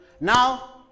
Now